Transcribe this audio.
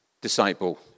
disciple